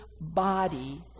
body